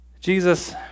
Jesus